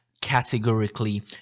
categorically